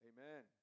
Amen